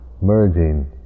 merging